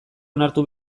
onartu